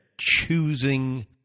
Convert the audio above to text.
choosing